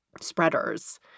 spreaders